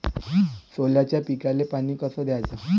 सोल्याच्या पिकाले पानी कस द्याचं?